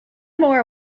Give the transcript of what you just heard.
more